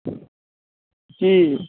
जी